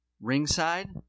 Ringside